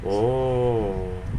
oh